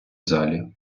залі